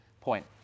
point